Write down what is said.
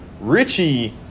Richie